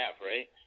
right